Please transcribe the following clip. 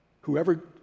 Whoever